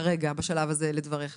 לדבריך